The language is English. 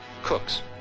Cooks